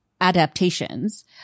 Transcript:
adaptations